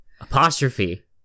apostrophe